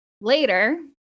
Later